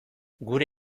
gure